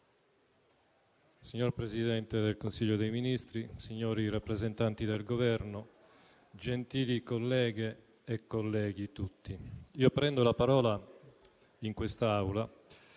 signor Presidente del Consiglio dei ministri, signori rappresentanti del Governo, gentili colleghe e colleghi tutti, prendo la parola in quest'Aula